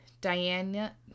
Diana